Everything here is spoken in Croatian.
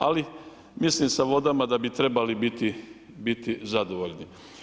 Ali mislim sa vodama da bi trebali biti zadovoljni.